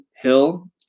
Hill